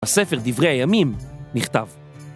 הספר דברי הימים נכתב.